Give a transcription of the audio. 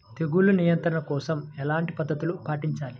తెగులు నియంత్రణ కోసం ఎలాంటి పద్ధతులు పాటించాలి?